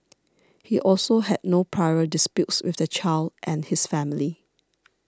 he also had no prior disputes with the child and his family